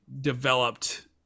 developed